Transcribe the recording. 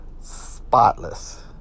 spotless